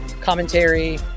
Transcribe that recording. commentary